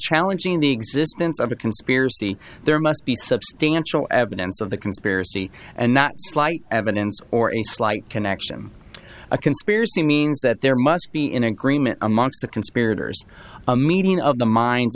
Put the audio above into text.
challenging the existence of a conspiracy there must be substantial evidence of the conspiracy and not slight evidence or a slight connection a conspiracy means that there must be in agreement amongst the conspirators a meeting of the mind